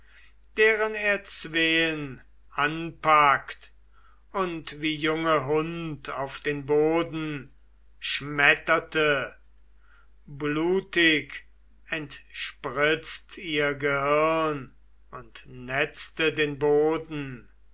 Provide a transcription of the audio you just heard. deren er zween anpackt und wie junge hund auf den boden schmetterte blutig entspritzt ihr gehirn und netzte den boden